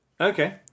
Okay